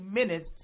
minutes